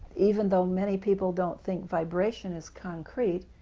even though many people don't think vibration is concrete,